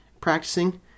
practicing